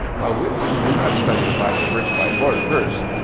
while witnesses do not study the bible verse-by-verse,